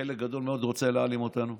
וחלק גדול מאוד רוצה להעלים אותנו.